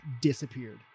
disappeared